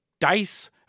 dice